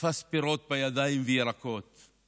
תפס פירות וירקות בידיים,